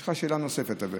יש לך שאלה נוספת על זה.